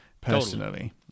personally